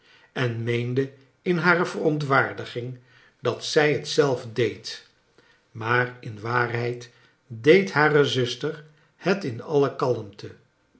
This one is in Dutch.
en meende in hare verontwaardiging dat zij het zelf deed maar in waarheid deed hare zuster het in alle kalmte